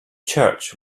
church